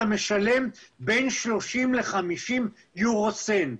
אתה משלם בין 50-30 יורוסנט.